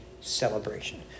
celebration